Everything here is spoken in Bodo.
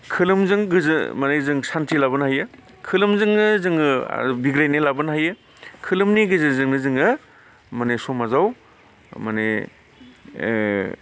खोलोमजों गोजो माने जों सान्थि लाबोनो हायो खोलोमजोंनो जोङो बिग्रायनाय लाबोनो हायो खोलोमनि गेजेरजोंनो जोङो माने समाजाव माने